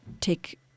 take